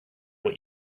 what